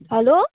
hello